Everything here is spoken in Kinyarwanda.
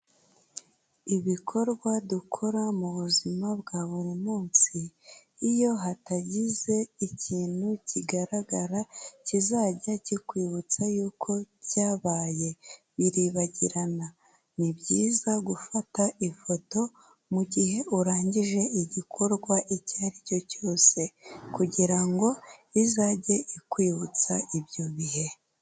Ibikorwa dukora mu buzima bwa buri munsi iyo hatagize ikintu kigaragara kizajya kikwibutsa yuko byabaye biribagirana, ni byiza gufata ifoto mu gihe urangije igikorwa icya ari cyo cyose, kugira ngo izajye ikwibutsa ibyo bihe.